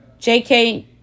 JK